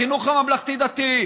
החינוך הממלכתי-דתי.